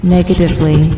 Negatively